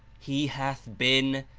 he hath been,